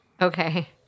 Okay